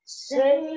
say